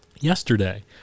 yesterday